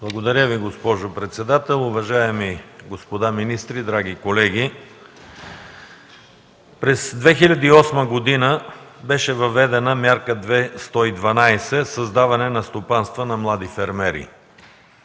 Благодаря, госпожо председател. Уважаеми господа министри, драги колеги! През 2008 г. беше въведена мярка 112 – създаване на стопанства на млади фермери.